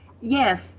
Yes